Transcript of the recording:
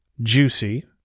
juicy